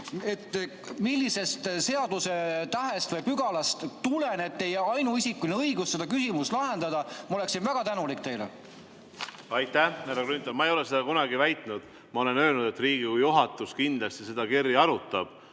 millisest seadusetähest või ‑pügalast tuleneb teie ainuisikuline õigus seda küsimust lahendada, siis ma olen väga tänulik. Aitäh, härra Grünthal! Ma ei ole seda kunagi väitnud. Ma olen öelnud, et Riigikogu juhatus kindlasti seda kirja arutab,